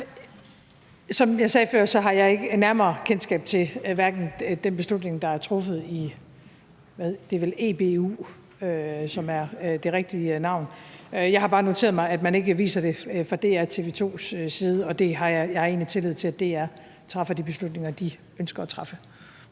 Som jeg sagde før, har jeg ikke nærmere kendskab til hverken den beslutning, der har truffet i EBU, som er det rigtige navn. Jeg har bare noteret mig, at man ikke viser det fra DR og TV 2's side, og jeg har egentlig tillid til, at DR træffer de rigtige beslutninger, de ønsker at træffe.